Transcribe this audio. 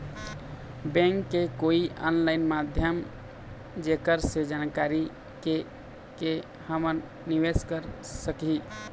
Bank के कोई online माध्यम जेकर से जानकारी के के हमन निवेस कर सकही?